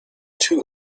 too